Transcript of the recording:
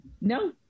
No